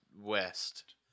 west